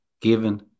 given